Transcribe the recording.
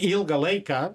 ilgą laiką